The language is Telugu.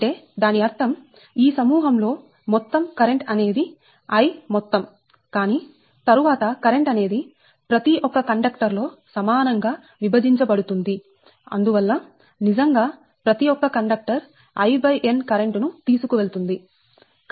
అంటే దాని అర్థం ఈ సమూహం లో మొత్తం కరెంట్ అనేది I మొత్తం కానీ తరువాత కరెంట్ అనేది ప్రతి ఒక్క కండక్టర్ లో సమానం గా విభజించబడుతుంది అందువల్ల నిజంగా ప్రతి ఒక్క కండక్టర్ In కరెంట్ ను తీసుకెళుతుంది